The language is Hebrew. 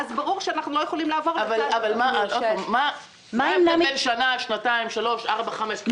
אז ברור שאנחנו לא --- מה ההבדל בין שנה לשנתיים לשלוש לארבע וחמש?